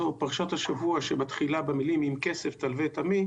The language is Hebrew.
זו פרשת השבוע שמתחילה במילים "אם כסף תלווה את עמי",